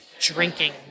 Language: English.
Drinking